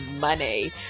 money